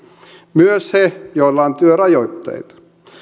myös he joilla on työrajoitteita